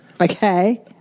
Okay